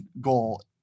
goal